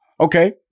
Okay